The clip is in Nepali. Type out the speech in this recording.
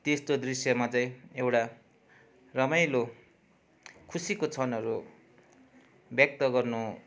त्यस्तो दृश्यमा चाहिँ एउटा रमाइलो खुसीको क्षणहरू व्यक्त गर्नु